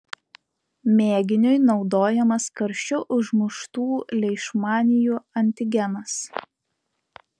mėginiui naudojamas karščiu užmuštų leišmanijų antigenas